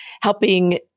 helping